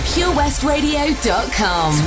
Purewestradio.com